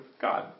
God